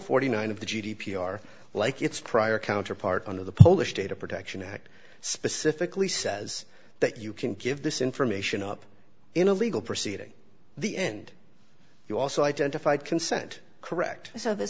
forty nine dollars of the g d p are like it's prior counterpart under the polish data protection act specifically says that you can give this information up in a legal proceeding the end you also identified consent correct so this